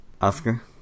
Oscar